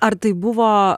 ar tai buvo